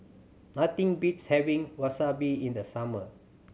nothing beats having Wasabi in the summer